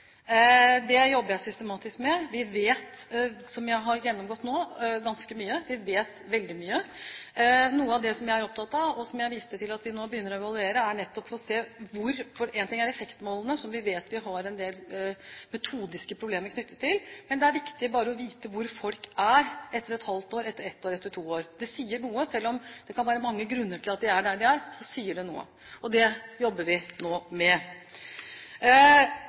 Det jobber jeg systematisk med. Vi vet, som jeg har gjennomgått nå, ganske mye. Vi vet veldig mye. Noe av det jeg er opptatt av, og som jeg viste til at vi nå begynner å evaluere, er nettopp å se hvor folk er. En ting er effektmålene, som vi vet vi har en del metodiske problemer knyttet til, men det er viktig bare å vite hvor folk er etter et halvt år, etter ett år, etter to år. Selv om det kan være mange grunner til at de er der de er, så sier det noe. Og det jobber vi nå med.